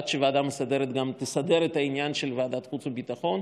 עד שהוועדה המסדרת גם תסדר את העניין של ועדת החוץ והביטחון,